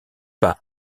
pas